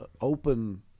open